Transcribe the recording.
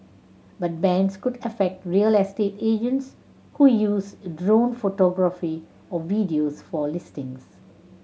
but bans could affect real estate agents who use drone photography or videos for listings